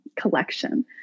collection